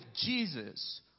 Jesus